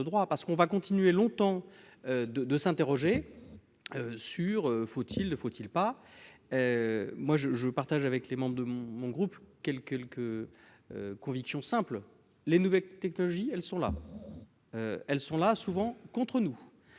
Va-t-on continuer longtemps à s'interroger : faut-il ? ne faut-il pas ? Je partage avec les membres de mon groupe quelques convictions simples : les nouvelles technologies sont là et bien là, et ce souvent contre nous.